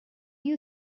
you